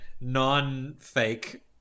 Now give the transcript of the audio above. non-fake